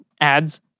ads